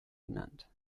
genannt